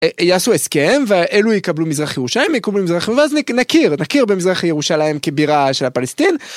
יעשו הסכם ואלו יקבלו מזרח ירושלים, יקבלו מזרח, ואז נכיר. נכיר במזרח ירושלים כבירה של הפלסטין.